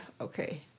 Okay